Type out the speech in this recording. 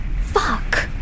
Fuck